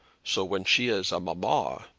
so when she is a mamma,